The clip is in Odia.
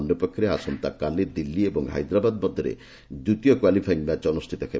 ଅନ୍ୟପକ୍ଷରେ ଆସନ୍ତାକାଲି ଦିଲ୍ଲୀ ଏବଂ ହାଇଦ୍ରାବାଦ ମଧ୍ୟରେ ଦ୍ୱିତୀୟ କ୍ୱାଲିଫାଇଂ ମ୍ୟାଚ ଅନୁଷ୍ଠିତ ହେବ